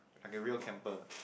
like a real camper